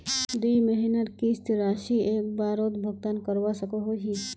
दुई महीनार किस्त राशि एक बारोत भुगतान करवा सकोहो ही?